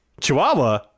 Chihuahua